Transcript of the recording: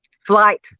flight